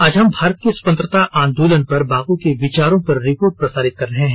आज हम भारत के स्वतंत्रता आंदोलन पर बापु के विचारों पर रिपोर्ट प्रसारित कर रहे हैं